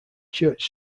church